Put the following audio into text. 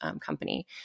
company